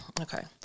Okay